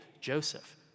Joseph